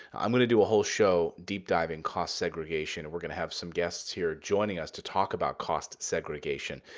i'm going to do a whole show, deep diving cost segregation, and we're going to have some guests here joining us to talk about cost segregation.